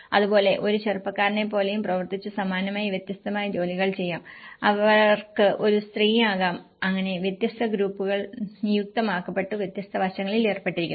അതുപോലെ ഒരു ചെറുപ്പക്കാരെപ്പോലെയും പ്രവർത്തിച്ചു സമാനമായി വ്യത്യസ്തമായ ജോലികൾ ചെയ്യാം അവർക്ക് ഒരു സ്ത്രീയാകാം അങ്ങനെ വ്യത്യസ്ത ഗ്രൂപ്പുകൾ നിയുക്തമാക്കപ്പെട്ടു വ്യത്യസ്ത വശങ്ങളിൽ ഏർപ്പെട്ടിരിക്കുന്നു